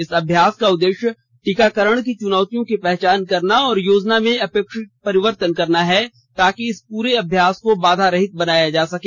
इस अभ्यास का उद्देश्य टीकाकरण की चुनौतियों की पहचान करना और योजना में अपेक्षित परिवर्तन करना है ताकि इस पूरे अभ्यास को बाधारहित बनाया जा सके